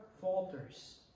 falters